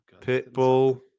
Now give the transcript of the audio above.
Pitbull